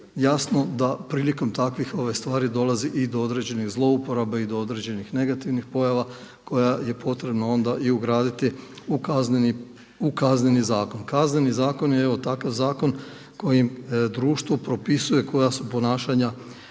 jasno da prilikom takvih stvari dolazi i do određenih zlouporaba i do određenih negativnih pojava koja je potrebno onda i ugraditi u Kazneni zakon. Kazneni zakon je evo takav zakon kojim društvo propisuje koja su ponašanja